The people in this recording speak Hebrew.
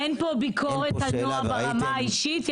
אין פה ביקורת על נועה ברמה האישית.